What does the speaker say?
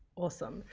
awesome!